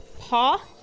paw